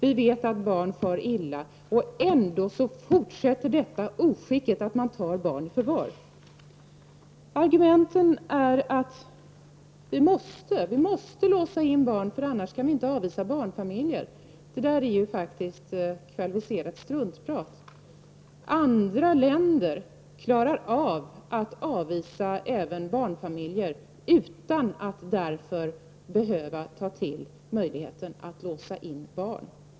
Vi vet att barn far illa, men ändå fortsätter detta oskick att man tar barn i förvar! Argumentet är att vi måste låsa in barnen, för annars kan vi inte avvisa barnfamiljer. Det är faktiskt kvalificerat struntprat. Andra länder klarar av att avvisa även barnfamiljer utan att därför behöva ta till möjligheten att låsa in barn.